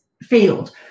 field